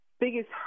biggest